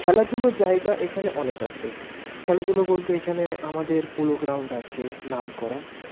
খেলাধুলোর জায়গা এখানে অনেক আছে খেলাধুলো বলতে এখানে আমাদের পোলো গ্রাউন্ড আছে নাম করা